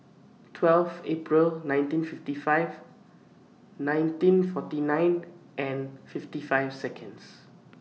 twelve April nineteen fifty five nineteen forty nine and fifty five Seconds